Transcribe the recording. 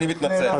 אני מתנצל.